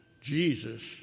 Jesus